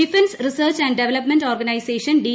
defence research and development organisation D